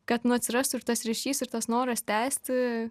kad nu atsirastų ir tas ryšys ir tas noras tęsti